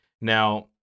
Now